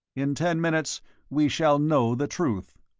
in ten minutes we shall know the truth.